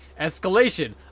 escalation